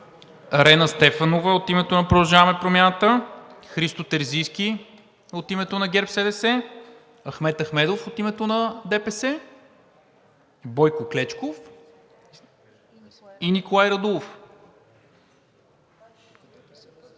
Рена Стефанова – от името на „Продължаваме Промяната“; Христо Терзийски – от името на ГЕРБ-СДС; Ахмед Ахмедов – от името на ДПС; Бойко Клечков и Николай Радулов.